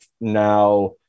now